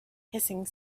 hissing